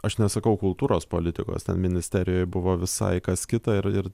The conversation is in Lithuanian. aš nesakau kultūros politikos ten ministerijoj buvo visai kas kita ir ir